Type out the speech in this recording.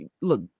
look